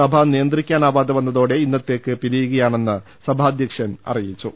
സഭ നിയന്ത്രിക്കാ നാവാതെ വന്നതോടെ ഇന്നത്തേക്ക് പിരിയുകയാണെന്ന് സഭാ ധ്യക്ഷൻ അറിയിച്ചു